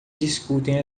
discutem